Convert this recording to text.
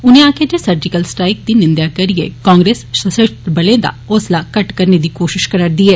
उनें आक्खेआ जे सर्जिकल स्ट्राइक दी निंदेआ करियै कांग्रेस सशस्त्र बलें दा हौसला घट्ट करने दी कोशश करा रदी ऐ